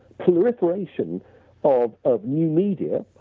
proliferation of of new media,